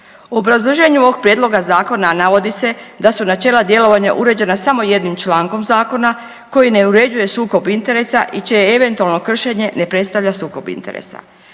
U obrazloženju ovog Prijedloga zakona navodi se da su načela djelovanja uređena samo jednim člankom zakona koji ne uređuje sukob interesa i čije eventualno kršenje ne predstavlja sukob interesa.